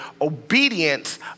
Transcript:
Obedience